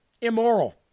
immoral